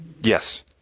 Yes